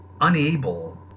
unable